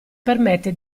permette